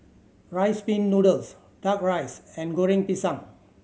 Rice Pin Noodles Duck Rice and Goreng Pisang